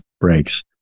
breaks